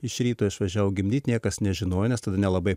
iš ryto išvažiavo gimdyt niekas nežinojo nes tada nelabai